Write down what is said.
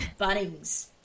Bunnings